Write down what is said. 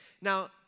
Now